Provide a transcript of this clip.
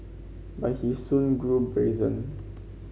but he soon grew brazen